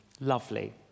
Lovely